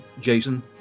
Jason